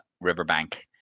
riverbank